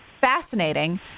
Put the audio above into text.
Fascinating